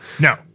No